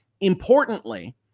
importantly